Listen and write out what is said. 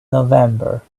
november